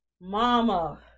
Mama